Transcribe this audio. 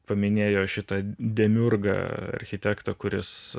paminėjo šitą demiurgą architektą kuris